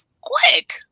Quick